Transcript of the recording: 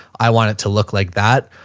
i want it to look like that.